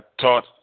taught